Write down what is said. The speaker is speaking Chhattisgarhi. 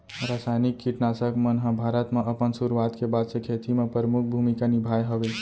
रासायनिक किट नाशक मन हा भारत मा अपन सुरुवात के बाद से खेती मा परमुख भूमिका निभाए हवे